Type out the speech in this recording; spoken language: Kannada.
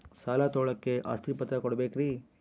ಸಾಲ ತೋಳಕ್ಕೆ ಆಸ್ತಿ ಪತ್ರ ಕೊಡಬೇಕರಿ?